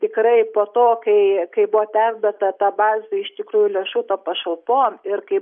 tikrai po to kai kai buvo perduota ta bazė iš tikrųjų lėšų tom pašalpom ir kai